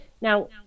Now